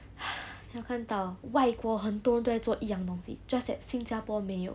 then 我看到外国很多都在做一样东西 just that 新加坡没有